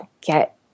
get